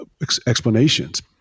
explanations